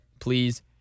please